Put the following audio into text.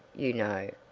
you know,